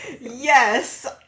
Yes